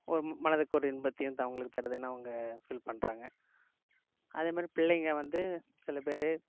ஒரு மனதுக்கு ஒரு இன்பத்தையும் த அவர்களுக்கு தருதுன்னு அவங்க ஃபீல் பண்ணுறாங்க அதேமாதிரி பிள்ளைங்கள் வந்து சில பேர்